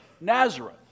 Nazareth